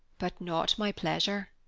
but not my pleasure.